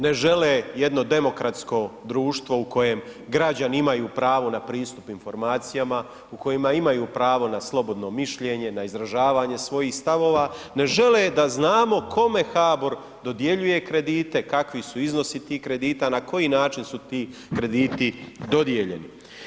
Ne žele jedno demokratsko društvo u kojem građani imaju pravo na pristup informacijama, u kojima imaju pravo na slobodno mišljenje, na izražavanje svojih stavova, ne žele da znamo kome HABOR dodjeljuje kredite, kakvi su iznosi tih kredita, na koji način su ti krediti dodijeljeni.